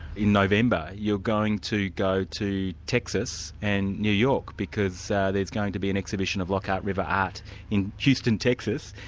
in november, you're going to go to texas and new york, because ah there's going to be an exhibition of lockhart river art in houston, texas,